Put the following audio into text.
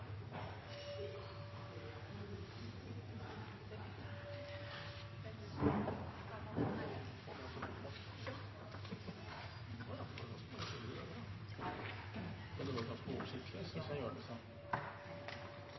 og at det var der det